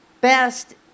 best